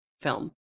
film